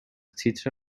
تیتر